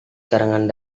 karangan